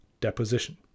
Deposition